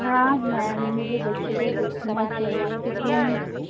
हाँ मैम मुझे बच्चों को देखना चाहिए लेकिन